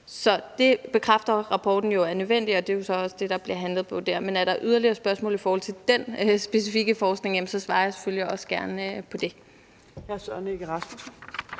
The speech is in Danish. Så det bekræfter rapporten jo er nødvendigt, og det er så også det, der bliver handlet på dér. Men er der yderligere spørgsmål i forhold til den specifikke forskning, svarer jeg selvfølgelig også gerne på det.